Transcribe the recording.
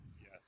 yes